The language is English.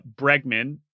bregman